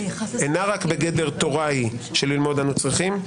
אינה רק בגדר תורה היא שללמוד אנו צריכים,